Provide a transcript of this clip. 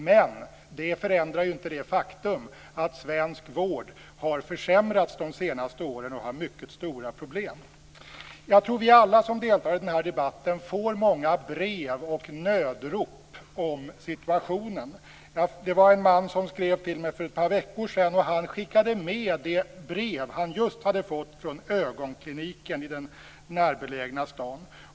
Men det förändrar inte det faktum att svensk vård har försämrats de senaste åren och att den har mycket stora problem. Jag tror att alla vi som deltar i den här debatten får många brev och nödrop om situationen. Det var en man som skrev till mig för ett par veckor sedan, och han skickade med det brev han just hade fått från ögonkliniken i den närbelägna staden.